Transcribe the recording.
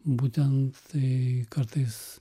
būtent tai kartais